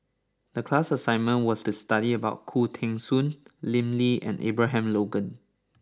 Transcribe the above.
the class assignment was to study about Khoo Teng Soon Lim Lee and Abraham Logan